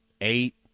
Eight